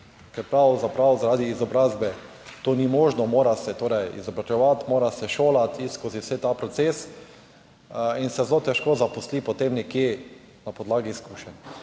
ker pravzaprav zaradi izobrazbe to ni možno, mora se torej izobraževati, mora se šolati skozi vsa ta proces in se zelo težko zaposli. Potem nekje na podlagi izkušenj.